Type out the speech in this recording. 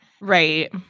Right